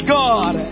god